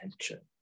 attention